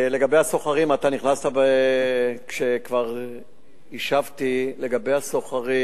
אתה נכנסת כשכבר השבתי לגבי הסוחרים,